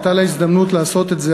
הייתה לה הזדמנות לעשות את זה.